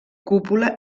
cúpula